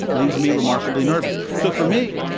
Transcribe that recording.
leaves me remarkably nervous. so for me